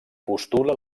postula